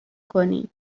کنی